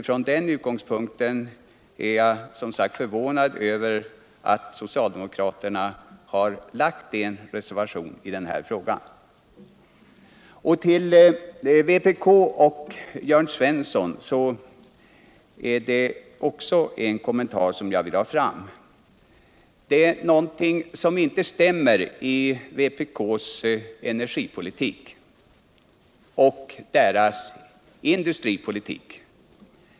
Från den utgångspunkten ir Jag som sagt förvånad över att socialdemokraterna har en reservation i den här frågan. Jag vill också göra en kommentar till vad som framförts av vpk:s representant Jörn Svensson. Det är någonting som inte stämmer i vpk:s energipolitik och i dess industripolitik.